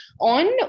on